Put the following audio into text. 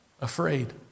afraid